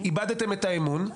איבדתם את האמון,